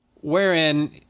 wherein